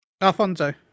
Alfonso